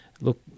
look